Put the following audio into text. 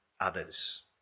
others